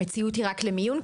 המציאות היא רק למיון?